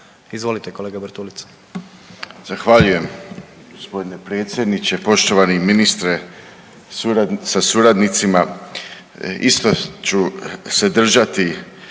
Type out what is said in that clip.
Izvolite kolega Bartulica.